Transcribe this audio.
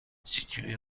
situées